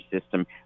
system